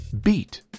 beat